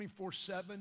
24-7